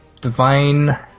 divine